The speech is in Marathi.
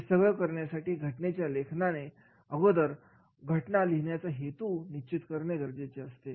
हे सगळं करण्यासाठी घटनेच्या लेखकाने अगोदर घटना लिहिण्याचा हेतु निश्चित करणे गरजेचे असते